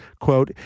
quote